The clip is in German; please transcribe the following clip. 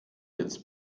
jetzt